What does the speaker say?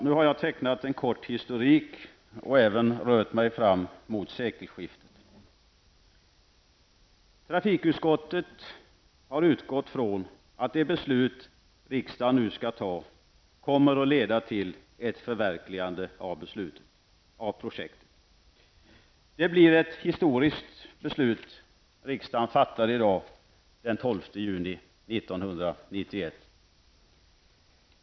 Nu har jag tecknat en kort historik och även rört mig fram mot sekelskiftet. Trafikutskottet har utgått från att det beslut som riksdagen nu skall fatta kommer att leda till ett förverkligande av projektet. Det blir ett historiskt beslut som riksdagen fattar i dag den 12 juni 1991.